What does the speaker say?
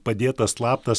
padėtas slaptas